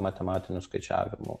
matematinių skaičiavimų